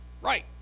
Right